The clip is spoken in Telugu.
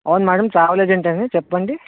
అవును మ్యాడమ్ ట్రావెల్ ఏజెంట్ అండి చెప్పండి